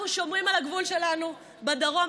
אנחנו שומרים על הגבול שלנו בדרום,